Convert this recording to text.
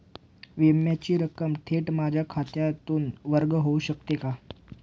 विम्याची रक्कम थेट माझ्या खात्यातून वर्ग होऊ शकते का?